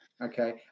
okay